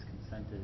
consented